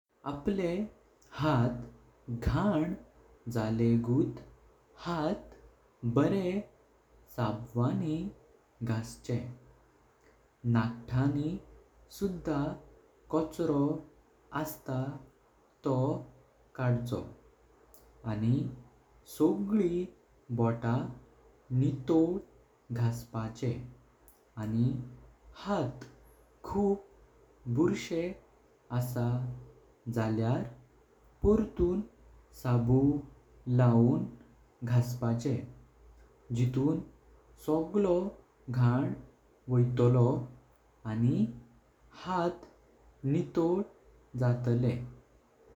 आपले हात घण झालें गुट हात बरे सबवाणी घसचे, नख्तानी सुधा कचरो असता। तो कडचो आणि सोगली बोटा निटोल घसपाचे आणि हात खूब बुशे आसा। जाल्यार परतून साबू लाऊन घसपाचे जितून सगलो घण वोइतलो आणि हात निटोल जातले।